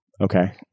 Okay